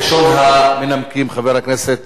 ראשון המנמקים, חבר הכנסת